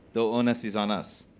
the onus is on us,